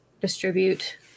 distribute